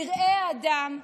פראי אדם,